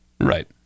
Right